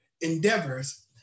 endeavors